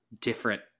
different